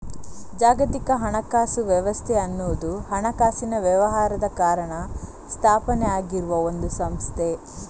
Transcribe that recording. ಜಾಗತಿಕ ಹಣಕಾಸು ವ್ಯವಸ್ಥೆ ಅನ್ನುವುದು ಹಣಕಾಸಿನ ವ್ಯವಹಾರದ ಕಾರಣ ಸ್ಥಾಪನೆ ಆಗಿರುವ ಒಂದು ಸಂಸ್ಥೆ